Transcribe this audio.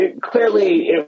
Clearly